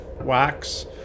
wax